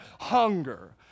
hunger